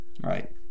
right